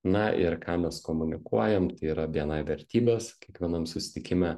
na ir ką mes komunikuojam tai yra bni vertybės kiekvienam susitikime